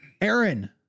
Aaron